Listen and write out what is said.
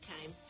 time